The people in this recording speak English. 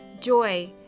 joy